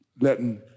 Letting